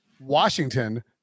Washington